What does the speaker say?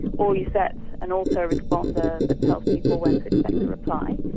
or you set an auto-responder that tells people when to expect a reply,